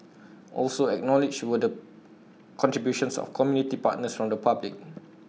also acknowledged were the contributions of community partners from the public